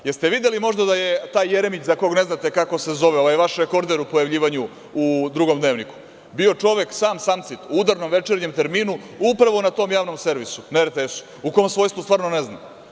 Da li ste videli da je možda taj Jeremić, za koga ne znate kako se zove, ovaj vaš rekorder u pojavljivanju u Drugom dnevniku, bio čovek sam samcit u udarnom, večernjem terminu upravo na tom Javnom servisu na RTS, u kom svojstvu stvarno ne znam?